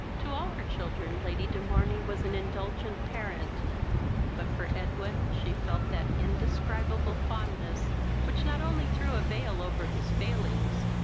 to all her children lady de morney was an indulgent parent but for edwin she felt that indescribable fondness which not only threw a veil over his failings,